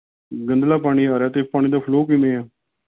ਗੰਦਲਾ ਪਾਣੀ ਆ ਰਿਹਾ ਅਤੇ ਪਾਣੀ ਦਾ ਫਲੋ ਕਿਵੇਂ ਹੈ